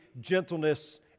gentleness